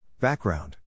Background